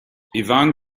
ivan